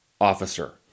officer